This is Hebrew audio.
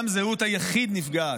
גם זהות היחיד נפגעת,